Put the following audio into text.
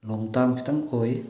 ꯂꯣꯡ ꯇꯥꯝ ꯈꯤꯇꯪ ꯑꯣꯏ